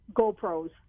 gopros